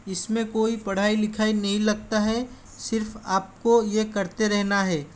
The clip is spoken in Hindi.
इसमें कोई पढ़ाई लिखाई नहीं लगता है सिर्फ़ आपको ये करते रहना है